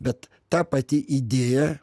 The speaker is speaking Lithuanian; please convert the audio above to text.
bet ta pati idėja